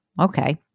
Okay